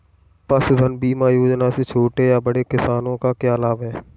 पशुधन बीमा योजना से छोटे या बड़े किसानों को क्या लाभ होगा?